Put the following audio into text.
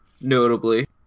notably